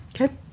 okay